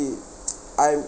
I'm